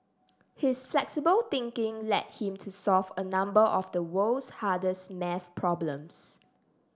his flexible thinking led him to solve a number of the world's hardest math problems